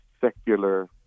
secular